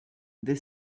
they